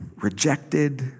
rejected